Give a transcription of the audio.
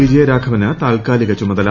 വിജയരാഘവന് താൽക്കാലിക ചുമതല